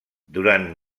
durant